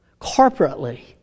corporately